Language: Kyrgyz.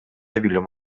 билим